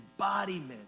embodiment